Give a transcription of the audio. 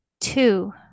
two